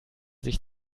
sich